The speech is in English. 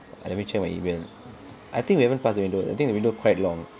let me check my email I think we haven't passed the window I think the window quite long